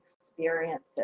experiences